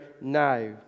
now